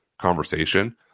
conversation